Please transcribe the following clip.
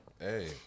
Hey